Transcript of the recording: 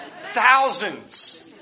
Thousands